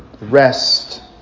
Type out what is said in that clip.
rest